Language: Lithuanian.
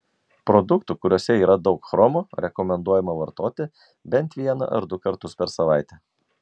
produktų kuriuose yra daug chromo rekomenduojama vartoti bent vieną ar du kartus per savaitę